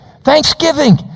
Thanksgiving